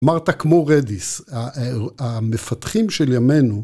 אמרת, כמו רדיס, המפתחים של ימינו...